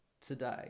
today